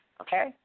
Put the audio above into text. okay